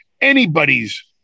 anybody's